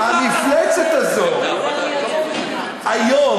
לא נבחרת,